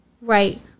Right